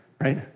right